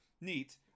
neat